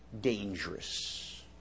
dangerous